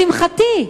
לשמחתי,